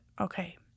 okay